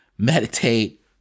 meditate